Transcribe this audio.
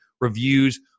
reviews